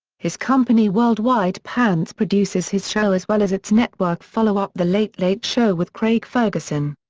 his company worldwide pants produces his show as well as its network followup the late late show with craig ferguson.